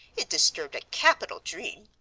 it disturbed a capital dream.